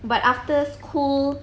but after school